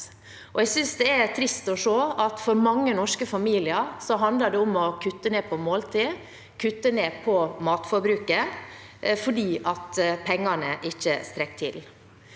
Jeg synes det er trist å se at det for mange norske familier handler om å kutte ned på måltid, kutte ned på matforbruket, fordi pengene ikke strekker til.